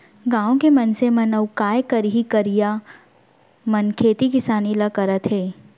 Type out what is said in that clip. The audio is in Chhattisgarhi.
गॉंव के मनसे मन अउ काय करहीं करइया मन खेती किसानी ल करत हें